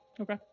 Okay